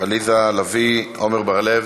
עליזה לביא, עמר בר-לב,